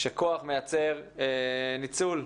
שכוח מייצר ניצול,